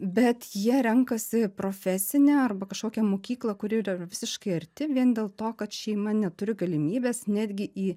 bet jie renkasi profesinę arba kažkokią mokyklą kuri yra visiškai arti vien dėl to kad šeima neturi galimybės netgi į